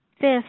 Fifth